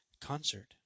concert